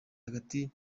hagati